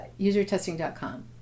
usertesting.com